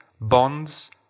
bonds